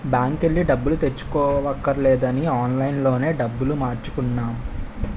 బాంకెల్లి డబ్బులు తెచ్చుకోవక్కర్లేదని ఆన్లైన్ లోనే డబ్బులు మార్చుకున్నాం